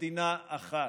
במדינה אחת.